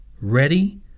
ready